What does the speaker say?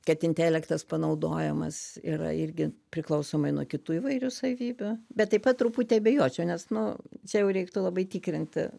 kad intelektas panaudojimas yra irgi priklausomai nuo kitų įvairių savybių bet taip pat truputį abejočiau nes nu čia jau reiktų labai tikrinti